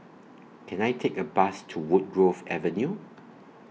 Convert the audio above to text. Can I Take A Bus to Woodgrove Avenue